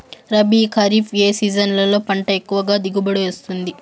రబీ, ఖరీఫ్ ఏ సీజన్లలో పంట ఎక్కువగా దిగుబడి వస్తుంది